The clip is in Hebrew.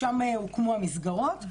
שם הוקמו המסגרות.